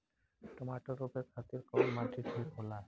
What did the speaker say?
टमाटर रोपे खातीर कउन माटी ठीक होला?